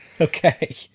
okay